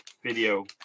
video